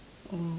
oh